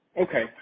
Okay